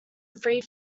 three